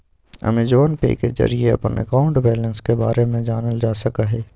Amazon pay के जरिए अपन अकाउंट बैलेंस के बारे में जानल जा सका हई